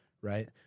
right